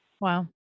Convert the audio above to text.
Wow